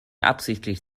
absichtlich